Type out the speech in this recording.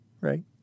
Right